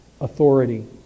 authority